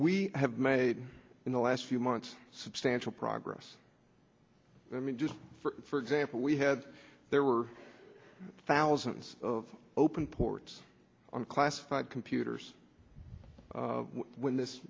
we have made in the last few months substantial progress i mean just for example we had there were thousands of open ports on classified computers